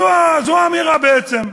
זו האמירה בעצם.